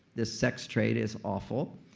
the sex trade is awful,